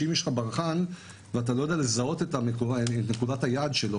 שאם יש לך ברחן ואתה לא יודע לזהות את נקודת היעד שלו,